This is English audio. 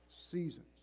seasons